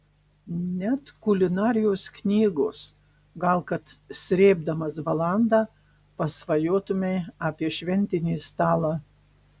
net kulinarijos knygos gal kad srėbdamas balandą pasvajotumei apie šventinį stalą